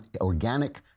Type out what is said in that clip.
organic